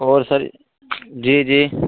اور سر جی جی